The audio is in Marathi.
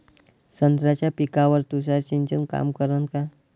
संत्र्याच्या पिकावर तुषार सिंचन काम करन का?